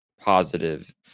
positive